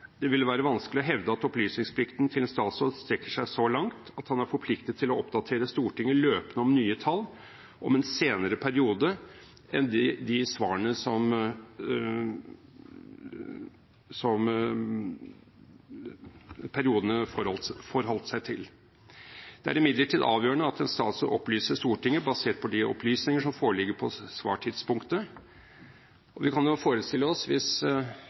Det ville være vanskelig å hevde at opplysningsplikten til en statsråd strekker seg så langt at han er forpliktet til å oppdatere Stortinget løpende om nye tall om en senere periode enn de periodene han hadde å forholde seg til da han svarte. Det er imidlertid avgjørende at en statsråd opplyser Stortinget basert på de opplysninger som foreligger på svartidspunktet – og vi kan jo forestille oss hvis